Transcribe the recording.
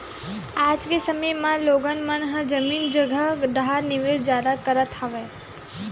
आज के समे म लोगन मन ह जमीन जघा डाहर निवेस जादा करत हवय